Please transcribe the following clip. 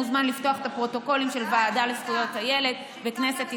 מוזמן לפתוח את הפרוטוקולים של הוועדה לזכויות הילד בכנסת ישראל,